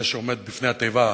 זה שעובר לפני התיבה.